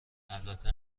البته